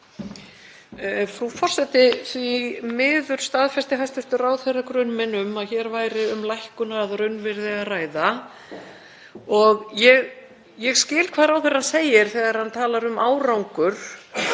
Frú forseti. Því miður staðfesti hæstv. ráðherra grun minn um að hér væri um lækkun að raunvirði að ræða. Ég skil hvað ráðherrann segir þegar hann talar um árangur